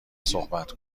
صحبت